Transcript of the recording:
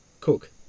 Cook